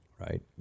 right